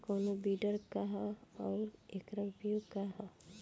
कोनो विडर का ह अउर एकर उपयोग का ह?